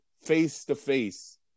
face-to-face